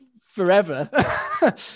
forever